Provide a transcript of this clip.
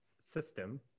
system